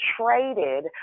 traded